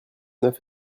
neuf